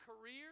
career